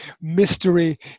mystery